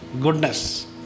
goodness